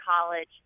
college